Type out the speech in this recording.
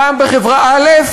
פעם בחברה א',